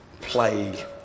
plague